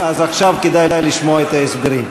עכשיו כדאי לשמוע את ההסברים.